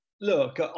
Look